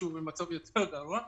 שהוא במצב יותר גרוע,